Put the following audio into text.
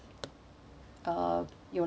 uh you would like to order